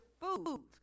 food